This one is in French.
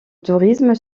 tourisme